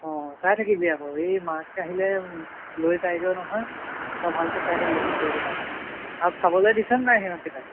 অঁ চাই থাকিবি আকৌ এই মাক আহিলে লৈ যায়গৈ নহয় তই ভালকৈ চাই থাকিবি মেকুৰীকেইটাক আৰু খাবলৈ দিছে নাই সিহঁতকেইটাক